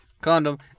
Condom